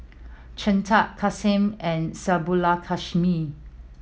Chetan Kanshi and Subbulakshmi